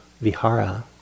Vihara